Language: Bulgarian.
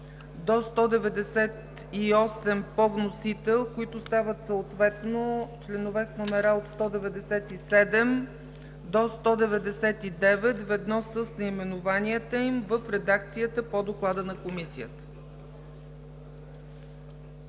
до 198 по вносител, които стават съответно членове от 197 до 199, ведно с наименованията им, в редакцията по Доклада на Комисията.